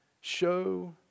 Show